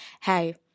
hey